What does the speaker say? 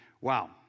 wow